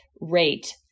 rate